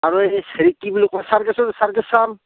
আৰু হেৰি এই কি বুলি কয় চাৰ্কাছৰ চাৰ্কাছ চাম